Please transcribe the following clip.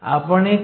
तर V हे 0